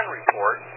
report